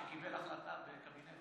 שקיבל החלטה בקבינט,